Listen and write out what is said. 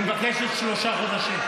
היא מבקשת שלושה חודשים.